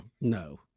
No